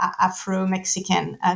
Afro-Mexican